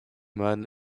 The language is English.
man